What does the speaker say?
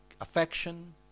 affection